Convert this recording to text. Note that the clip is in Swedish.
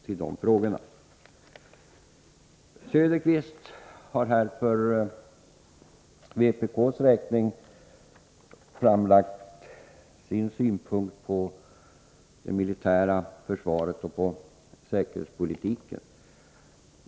Oswald Söderqvist har för vpk:s räkning framlagt sin syn på det militära försvaret och vår säkerhetspolitik.